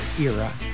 era